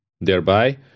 thereby